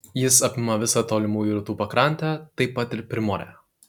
jis apima visą tolimųjų rytų pakrantę taip pat ir primorę